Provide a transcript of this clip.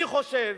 אני חושב,